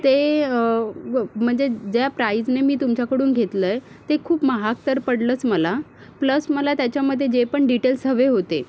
ते म्हणजे ज्या प्राईजने मी तुमच्याकडून घेतलं आहे ते खूप महाग तर पडलंच मला प्लस मला त्याच्यामध्ये जे पण डिटेल्स हवे होते